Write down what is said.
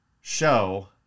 show